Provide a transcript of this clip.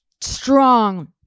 strong